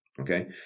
okay